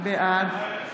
בעד